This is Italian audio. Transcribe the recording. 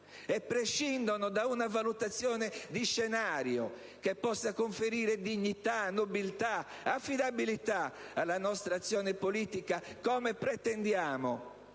e prescindono da una valutazione di scenario che possa conferire dignità, nobiltà e affidabilità alla nostra azione politica, come pretendiamo